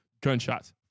gunshots